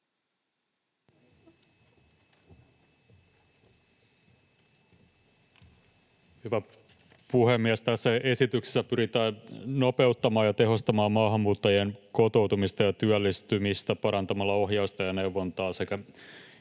Hyvä puhemies! Tässä esityksessä pyritään nopeuttamaan ja tehostamaan maahanmuuttajien kotoutumista ja työllistymistä parantamalla ohjausta ja neuvontaa sekä